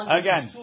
again